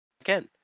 Again